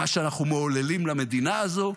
מה שאנחנו מעוללים למדינה הזאת,